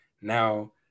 Now